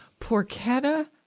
porchetta